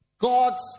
God's